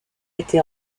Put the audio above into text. été